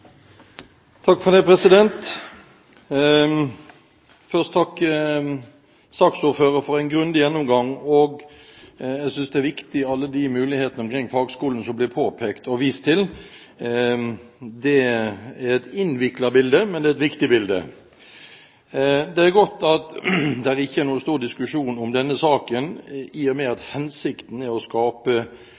for en grundig gjennomgang. Jeg synes alle de mulighetene omkring fagskolene som blir påpekt og vist til, er viktige. Det er et innviklet bilde, men det er et viktig bilde. Det er godt at det ikke er noen stor diskusjon om denne saken, i og med at hensikten er å skape